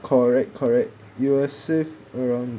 correct correct you will save around